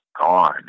gone